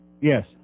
Yes